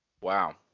Wow